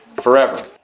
forever